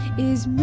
is